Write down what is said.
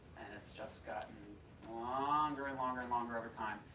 and it's just gotten longer and longer longer over time.